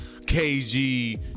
KG